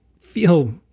feel